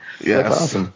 Yes